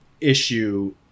issue